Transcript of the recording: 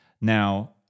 Now